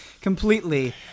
completely